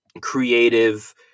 creative